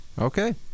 Okay